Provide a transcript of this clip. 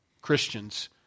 Christians